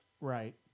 Right